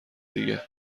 دیگه